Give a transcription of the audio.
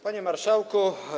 Panie Marszałku!